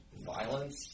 violence